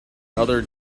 other